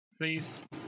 please